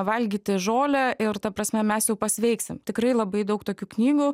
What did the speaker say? valgyti žolę ir ta prasme mes jau pasveiksim tikrai labai daug tokių knygų